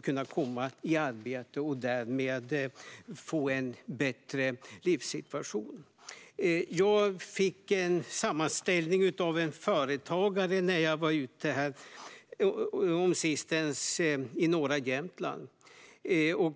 kan komma i arbete och därmed få en bättre livssituation. Jag fick en sammanställning av en företagare när jag var i norra Jämtland för ett tag sedan.